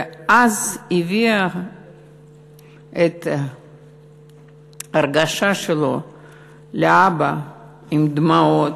ואז הוא הביא את ההרגשה שלו לאבא עם דמעות,